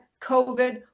COVID